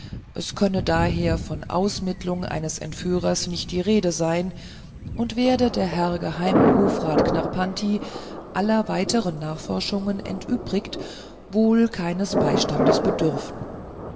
es könne daher von ausmittlung eines entführers nicht die rede sein und werde der herr geheime hofrat knarrpanti aller weiteren nachforschungen entübrigt wohl keines beistandes bedürfen